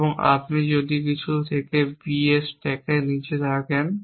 যেখানে আপনি যদি কিছু থেকে B এর স্ট্যাকের নিচে থাকেন